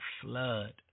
flood